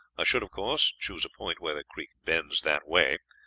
i should, of course, choose a point where the creek bends that way,